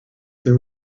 there